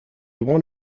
one